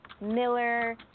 Miller